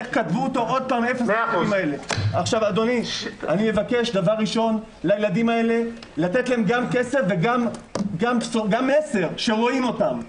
איך כתבו --- אני מבקש לתת לילדים הללו גם כסף וגם מסר שרואים אותם.